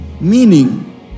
Meaning